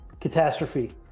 catastrophe